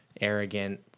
arrogant